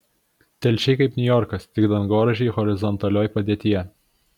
telšiai kaip niujorkas tik dangoraižiai horizontalioj padėtyje